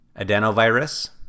adenovirus